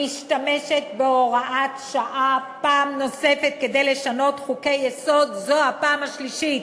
משתמשת בהוראת שעה פעם נוספת כדי לשנות חוקי-יסוד זו הפעם השלישית,